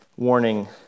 warning